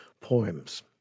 Poems